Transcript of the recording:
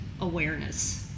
awareness